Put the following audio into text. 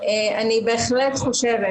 אני בהחלט חושבת